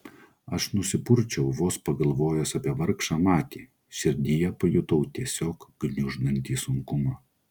aš nusipurčiau vos pagalvojęs apie vargšą matį širdyje pajutau tiesiog gniuždantį sunkumą